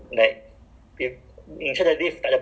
the screen will show like which lift is going